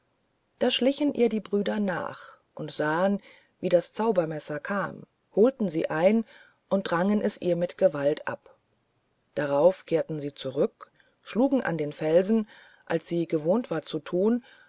da schlichen ihr die brüder nach und sahen wie das zaubermesser bekam holten sie ein und drangen es ihr mit gewalt ab darauf kehrten sie zurück schlugen an den felsen als sie gewohnt war zu thun